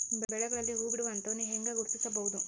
ಬೆಳೆಗಳಲ್ಲಿ ಹೂಬಿಡುವ ಹಂತವನ್ನು ಹೆಂಗ ಗುರ್ತಿಸಬೊದು?